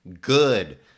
good